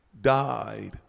died